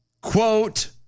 Quote